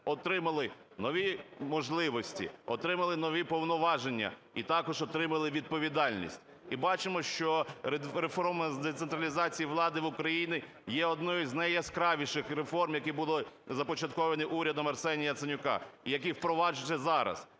отримали нові можливості, отримали нові повноваження і також отримали відповідальність. І бачимо, що реформа з децентралізації влади в Україні є однією з найяскравіших реформ, яка була започаткована урядом Арсенія Яценюка і яка впроваджується зараз.